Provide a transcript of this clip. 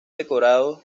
decorados